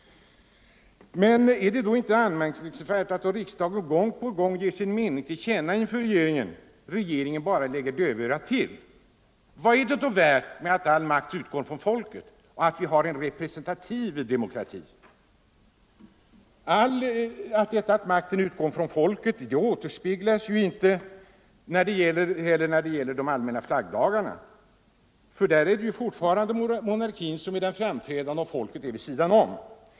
Är det inte anmärkningsvärt när riksdagen gång på gång ger sin mening till känna inför regeringen att regeringen bara slår dövörat till? Vad är det då värt att ”all makt utgår från folket” och att vi har en representativ demokrati? Detta att makten utgår från folket återspeglas ju inte heller när det gäller de allmänna flaggdagarna. Där är fortfarande monarkin det framträdande inslaget, medan folket är vid sidan om.